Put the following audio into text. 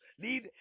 lead